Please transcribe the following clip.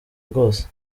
rwose